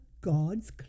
God's